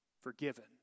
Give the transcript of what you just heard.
forgiven